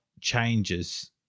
changes